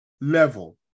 level